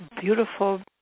beautiful